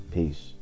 Peace